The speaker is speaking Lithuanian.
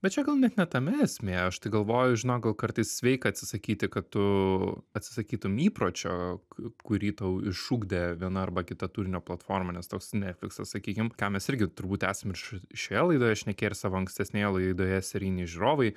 bet čia gal net ne tame esmė aš tai galvoju žinok gal kartais sveika atsisakyti kad tu atsisakytum įpročio kurį tau išugdė viena arba kita turinio platforma nes toks netfliksas sakykim ką mes irgi turbūt esame iš šioje laidoje šnekėję ir savo ankstesnėje laidoje serijiniai žiūrovai